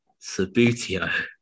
Sabutio